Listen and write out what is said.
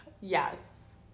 Yes